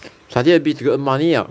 study a bit to earn money ah